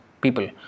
people